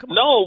no